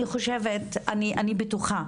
אני חושבת, אני בטוחה